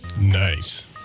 Nice